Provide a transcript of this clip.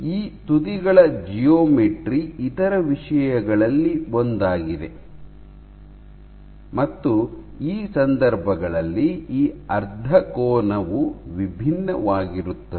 ಈ ತುದಿಗಳ ಜಿಯೋಮೆಟ್ರಿ ಇತರ ವಿಷಯಗಳಲ್ಲಿ ಒಂದಾಗಿದೆ ಮತ್ತು ಈ ಸಂದರ್ಭಗಳಲ್ಲಿ ಈ ಅರ್ಧ ಕೋನವು ವಿಭಿನ್ನವಾಗಿರುತ್ತದೆ